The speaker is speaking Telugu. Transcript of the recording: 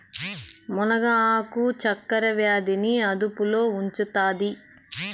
మునగ ఆకు చక్కర వ్యాధి ని అదుపులో ఉంచుతాది